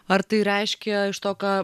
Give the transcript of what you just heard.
ar tai reiškia iš to ką